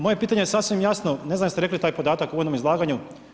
Moje pitanje je sasvim jasno, ne znam jeste rekli taj podatak u uvodnom izlaganju.